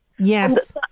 Yes